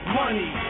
money